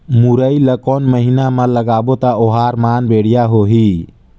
मुरई ला कोन महीना मा लगाबो ता ओहार मान बेडिया होही?